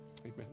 Amen